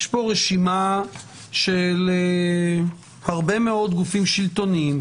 יש פה רשימה של הרבה מאוד גופים שלטוניים,